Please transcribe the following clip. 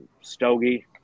Stogie